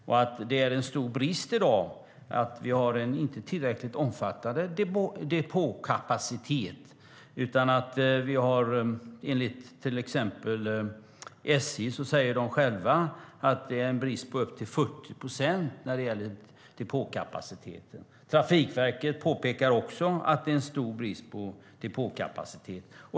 I dag är det en stor brist att vi inte har en tillräckligt omfattande depåkapacitet. SJ säger till exempel att det är en brist på upp till 40 procent när det gäller depåkapacitet. Trafikverket påpekar också att det är stor brist på depåkapacitet.